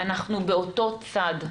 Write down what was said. אנחנו באותו צד.